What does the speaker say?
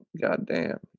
goddamn